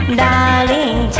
darling